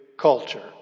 culture